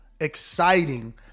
exciting